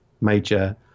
major